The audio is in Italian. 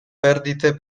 perdite